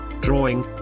Drawing